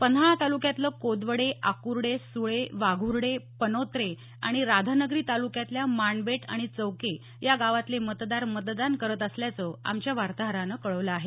पन्हाळा तालुक्यातलं कोदवडे आकुर्डे सुळे वाघुर्डे पनोत्रे आणि राधानगरी तालुक्यातल्या माणबेट आणि चौके या गावातले मतदार मतदान करत असल्याचं आमच्या वार्ताहरानं कळवलं आहे